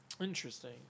Interesting